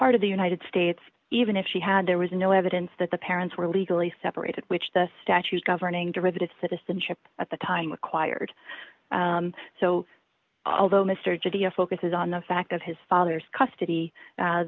departed the united states even if she had there was no evidence that the parents were legally separated which the statute governing derivative citizenship at the time with quired so although mr judea focuses on the fact of his father's custody